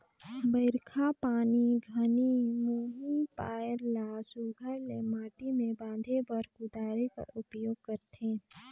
बरिखा घनी मुही पाएर ल सुग्घर ले माटी मे बांधे बर कुदारी कर उपियोग करथे